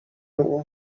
اون